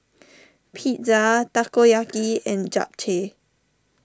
Pizza Takoyaki and Japchae